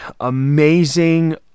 amazing